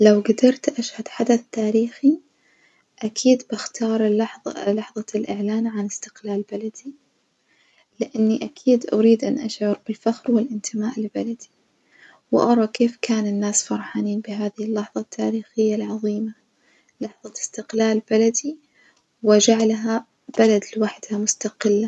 لو جدرت أشهد حدث تاريخي أكيد بختار اللحظة لحظة الإعلان عن إستقلال بلدي، لأني أكيد أريد أن أشعر بالفخر والإنتماء لبلدي وأرى كيف كان الناس فرحانين بهذي اللحظة التاريخية العظيمة، لحظة إستقلال بلدي وجعلها بلد لوحدها مستقلة.